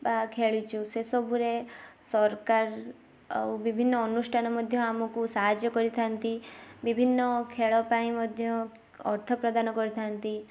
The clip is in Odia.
ବା ଖେଳୁଛୁ ସେ ସବୁରେ ସରକାର ଆଉ ବିଭିନ୍ନ ଅନୁଷ୍ଠାନ ମଧ୍ୟ ଆମକୁ ସାହାଯ୍ୟ କରିଥାଆନ୍ତି ବିଭିନ୍ନ ଖେଳ ପାଇଁ ମଧ୍ୟ ଅର୍ଥ ପ୍ରଦାନ କରିଥାନ୍ତି